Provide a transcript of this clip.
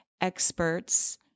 experts